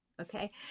okay